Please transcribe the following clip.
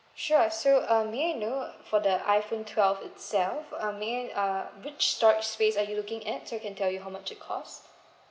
sure so um may I know for the iphone twelve itself uh may I uh which storage space are you looking at so I can tell you how much it cost